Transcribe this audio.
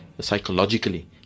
psychologically